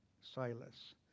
Silas